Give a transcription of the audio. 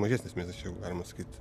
mažesnis miestasčia jau galima sakyt